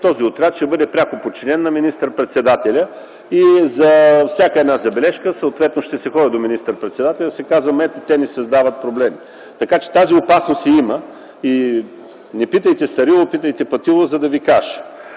този отряд ще бъде пряко подчинен на министър-председателя и за всяка една забележка съответно ще се ходи при него и ще се казва: ето, те ми създават проблеми. Така че тази опасност я има и „Не питайте старило, а питайте патило.”, за да Ви каже.